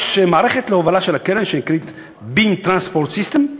יש מערכת להובלה של הקרן שנקראת beam transport system.